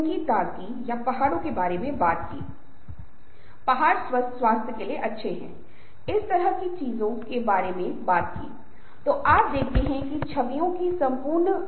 conflict के बाद का चरण है एमेर्जेंस यह तब होता है जब सर्वसम्मति के कुछ दिन की रोशनी शुरू हो जाती है और समूह समझौते की ओर बढ़ने लगता है